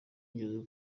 ngeze